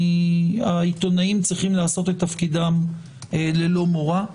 העיתונאים צריכים לעשות את תפקידם ללא מורא.